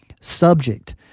subject